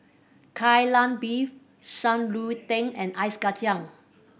Kai Lan Beef Shan Rui Tang and Ice Kachang